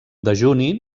dejuni